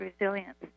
resilience